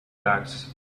bags